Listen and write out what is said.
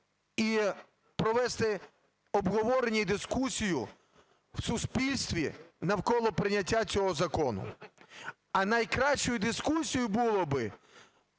і провести обговорення і дискусію у суспільстві навколо прийняття цього закону. А найкращою дискусією було би